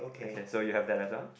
okay so you have that as well